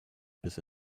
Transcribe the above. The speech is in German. bis